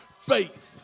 faith